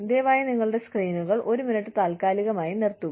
ദയവായി നിങ്ങളുടെ സ്ക്രീനുകൾ ഒരു മിനിറ്റ് താൽക്കാലികമായി നിർത്തുക